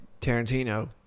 Tarantino